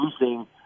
losing